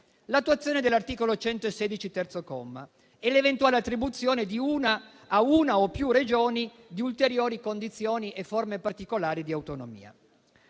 l'attuazione dell'articolo 116, terzo comma, della Costituzione e l'eventuale attribuzione a una o più Regioni di ulteriori condizioni e forme particolari di autonomia.